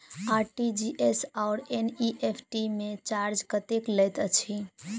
RTGS आओर NEFT मे charge कतेक लैत अछि बैंक?